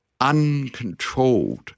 uncontrolled